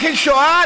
מכחיש שואה?